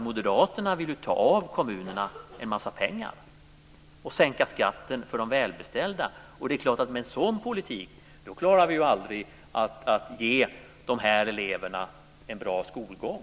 Moderaterna vill ju ta av kommunerna en massa pengar och sänka skatten för de välbeställda. Med en sådan politik klarar vi självklart aldrig att ge de här eleverna en bra skolgång.